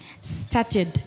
started